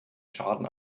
schaden